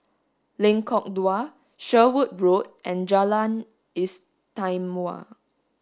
Lengkok Dua Sherwood Road and Jalan Istimewa